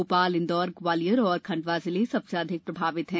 भोपालइंदौर ग्वालियर और खंडवा जिले सबसे अधिक प्रभावित हैं